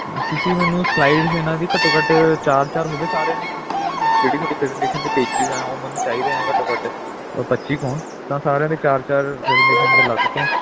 ਤੁਸੀਂ ਮੈਨੂੰ ਸਲਾਈਡਸ ਇਹਨਾਂ ਦੀ ਘੱਟੋ ਘੱਟ ਚਾਰ ਚਾਰ ਹੋਵੇ ਸਾਰਿਆਂ ਦੀ ਕਿਉਂਕੀ ਜਿਹੜੀ ਤੁਹਾਡੀ ਪ੍ਰੈਜੈਂਟੇਸ਼ਨ ਦੇ ਪੇਜੀਸ ਆ ਉਹ ਮੈਨੂੰ ਚਾਹੀਦੇ ਹੈ ਘੱਟੋ ਘੱਟ ਪੱਚੀ ਕੁ ਹੋਣ ਤਾਂ ਸਾਰਿਆਂ ਦੇ ਚਾਰ ਚਾਰ ਪ੍ਰੈਜੈਂਟੇਸ਼ਨ ਦੇ ਅਲੱਗ ਤੋਂ